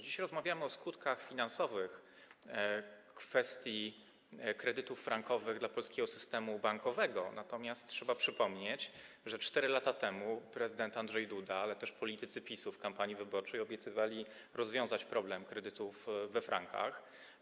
Dziś rozmawiamy o skutkach finansowych kredytów frankowych dla polskiego systemu bankowego, natomiast trzeba przypomnieć, że 4 lata temu prezydent Andrzej Duda obiecywał, ale też politycy PiS-u w kampanii wyborczej obiecywali rozwiązać problem kredytów we frankach.